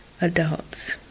adults